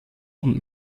und